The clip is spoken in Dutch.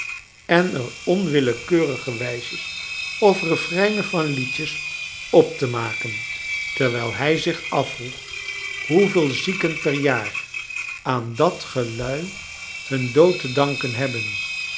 en er omvillekeurig wijsjes of refeinen van liedjes op te maken terwijl hij zich afvroes hoeveel aieken per jar aan dat gelui hun dood te danken hebben